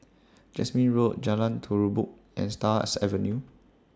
Jasmine Road Jalan Terubok and Stars Avenue